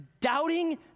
doubting